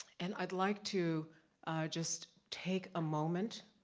and i'd like to just take a moment,